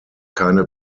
keine